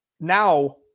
now